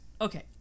Okay